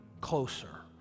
closer